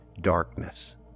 darkness